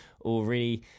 already